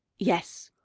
yes,